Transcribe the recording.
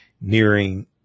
nearing